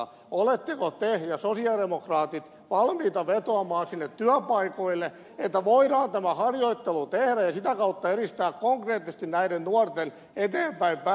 oletteko te ja sosialidemokraatit valmiita vetoamaan sinne työpaikoille että voidaan tämä harjoittelu tehdä ja sitä kautta edistää konkreettisesti näiden nuorten eteenpäinpääsyä